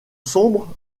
sombres